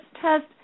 test